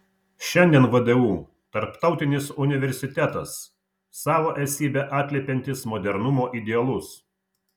šiandien vdu tarptautinis universitetas savo esybe atliepiantis modernumo idealus